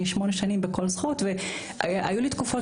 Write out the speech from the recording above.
אני שמונה שנים ב"כל זכות" והיו לי תקופות